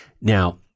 Now